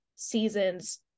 Seasons